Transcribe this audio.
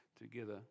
together